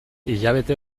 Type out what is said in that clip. hilabete